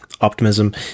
optimism